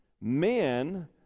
Men